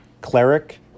cleric